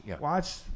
watch